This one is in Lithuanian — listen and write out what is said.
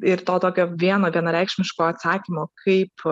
ir to tokio vieno vienareikšmiško atsakymo kaip